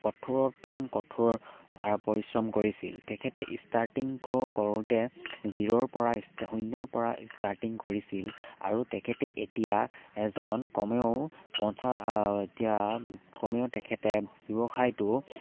কঠোৰতম কঠোৰ পৰিশ্ৰম কৰিছিল তেখেতে ষ্টাৰ্টিং কৰো কৰোঁতে জিৰ'ৰ পৰা শূন্যৰ পৰা ষ্টাৰ্টিং কৰিছিল আৰু তেখেতে এতিয়া এজন কমেও পঞ্চা এতিয়া কমেও তেখেতে ব্যৱসায়টো